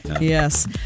Yes